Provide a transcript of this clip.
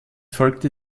folgte